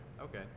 okay